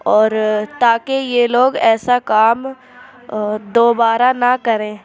اور تاکہ یہ لوگ ایسا کام دوبارہ نہ کریں